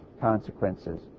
consequences